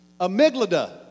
Amygdala